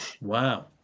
Wow